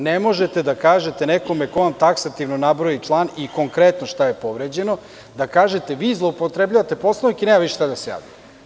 Ne možete da kažete nekome ko vam taksativno nabroji član i konkretno šta je povređeno – vi zloupotrebljavate Poslovnik i nema više šta da se javlja.